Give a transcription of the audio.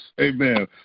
Amen